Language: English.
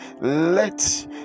let